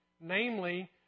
Namely